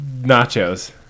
Nachos